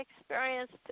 experienced